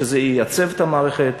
שזה ייצב את המערכת,